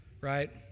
right